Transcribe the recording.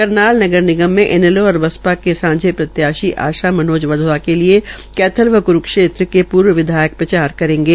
करनाल नगर निगम में इनैलो और बसपा के सांझे प्रत्याशी आशा मनोज वधवा के लिए कैथल व क्रूक्षेत्र के पूर्व विधायक प्रचार करेंगे